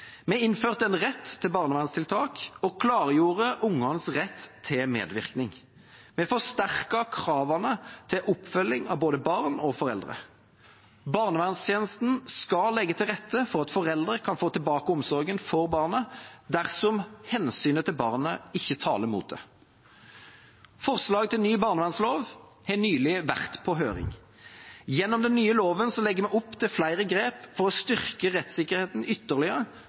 Vi innførte en rett til barnevernstiltak og klargjorde ungenes rett til medvirkning. Vi forsterket kravene til oppfølging av både barn og foreldre. Barnevernstjenesten skal legge til rette for at foreldre kan få tilbake omsorgen for barnet dersom hensynet til barnet ikke taler mot det. Forslag til ny barnevernslov har nylig vært på høring. Gjennom den nye loven legger vi opp til flere grep for å styrke rettssikkerheten ytterligere